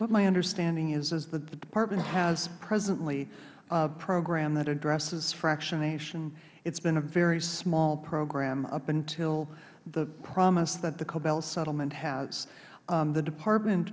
what my understanding is is the department has presently a program that addresses fractionation it's been a very small program up until the promise that the cobell settlement has the department